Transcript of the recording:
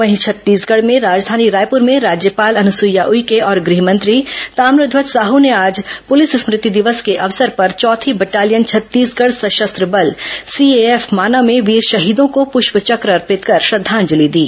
वहीं छत्तीसगढ़ में राजधानी रायपुर में राज्यपाल अनुसुईया उइके और गृह मंत्री ताम्रध्वज साहू ने आज पुलिस स्मृति दिवस के अवसर चौथी बटालियन छत्तीसगढ़ सशस्त्र बल सीएएफ माना में वीर शहीदों को पुष्प चक्र अर्पित कर श्रद्धांजलि दी